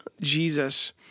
Jesus